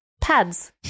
Pads